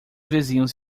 vizinhos